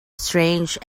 strange